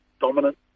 dominant